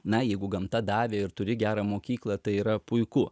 na jeigu gamta davė ir turi gerą mokyklą tai yra puiku